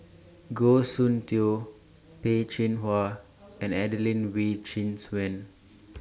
Goh Soon Tioe Peh Chin Hua and Adelene Wee Chin Suan